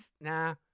nah